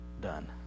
done